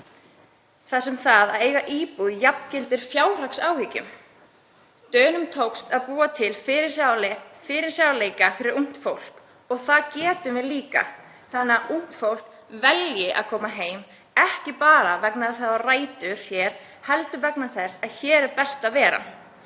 þar sem það að eiga íbúð jafngildir fjárhagsáhyggjum. Dönum tókst að búa til fyrirsjáanleika fyrir ungt fólk og það getum við líka, þannig að ungt fólk velji að koma heim og ekki bara vegna þess að það á rætur hér heldur vegna þess að hér er best að vera.